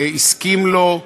הסכים לו.